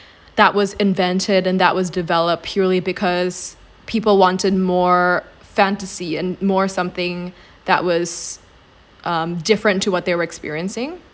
that was invented and that was developed purely because people wanted more fantasy and more something that was um different to what they were experiencing